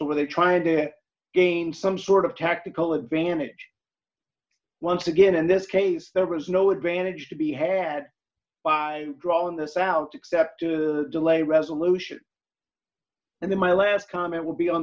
so they're trying to gain some sort of tactical advantage once again in this case there was no advantage to be had by drawing this out except to delay resolution and then my last comment would be on